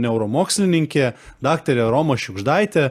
neuromokslininkė daktarė roma šiugždaitė